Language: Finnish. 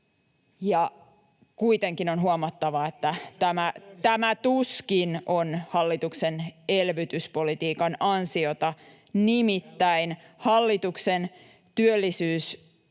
Kuitenkin on huomattava, että tämä tuskin on hallituksen elvytyspolitiikan ansiota, nimittäin hallituksen keskeiset